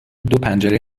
دوپنجره